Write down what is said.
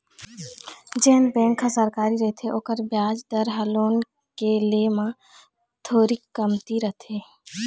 जेन बेंक ह सरकारी रहिथे ओखर बियाज दर ह लोन के ले म थोरीक कमती रथे